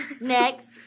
Next